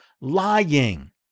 lying